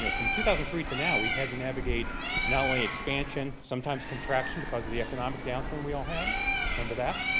you know from two thousand and three to now, we've had to navigate not only expansion, sometimes contraction because of the economic downturn we all had remember that?